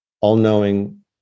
all-knowing